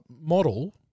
model